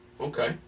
Okay